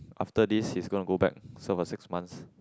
after this he's gonna go back serve for six months